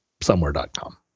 somewhere.com